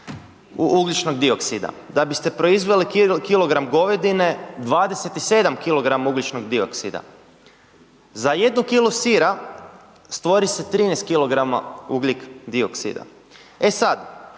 ugljičnog dioksida, da biste proizveli kilogram govedine 27 kilograma ugljičnog dioksida, za jednu kilu sira stvori se 13 kilograma ugljik dioksida, e sad